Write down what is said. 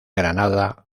granada